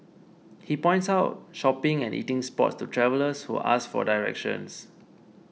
he points out shopping and eating spots to travellers who ask for directions